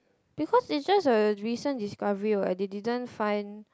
because it's just a recent discovery what they didn't find